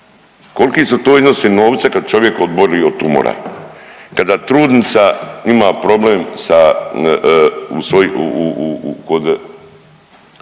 koliki su iznosi novca kad čovjek oboli od tumora, kada trudnica ima problem sa